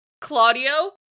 Claudio